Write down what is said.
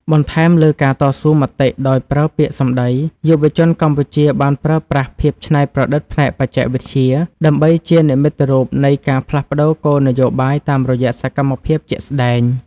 បន្ថែមលើការតស៊ូមតិដោយប្រើពាក្យសម្ដី យុវជនកម្ពុជាបានប្រើប្រាស់ ភាពច្នៃប្រឌិតផ្នែកបច្ចេកវិទ្យា ដើម្បីជានិមិត្តរូបនៃការផ្លាស់ប្តូរគោលនយោបាយតាមរយៈសកម្មភាពជាក់ស្ដែង។